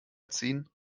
ziehen